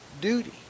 duty